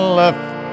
left